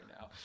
now